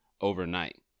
overnight